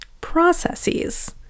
Processes